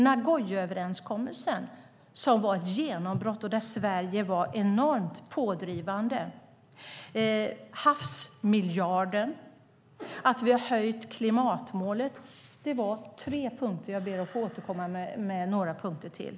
Nagoyaöverenskommelsen var ett genombrott där Sverige var enormt pådrivande. Havsmiljarden är en annan sak. Vi har också höjt klimatmålet. Det var tre punkter, och jag ber att få återkomma med några punkter till.